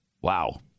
Wow